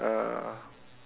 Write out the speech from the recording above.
uh